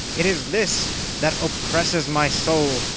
it is this that oppresses my soul,